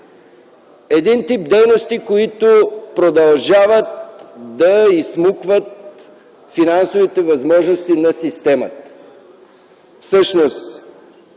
един тип дейности, които продължават да изсмукват финансовите възможности на системата! Всъщност